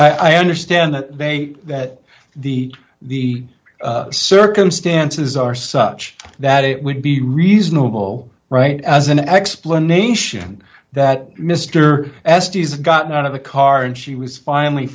i understand that they that the the circumstances are such that it would be reasonable right as an explanation that mr estes got out of the car and she was finally